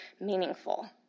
meaningful